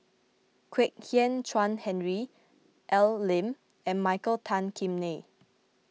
Kwek Hian Chuan Henry Al Lim and Michael Tan Kim Nei